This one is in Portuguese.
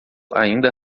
ainda